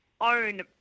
own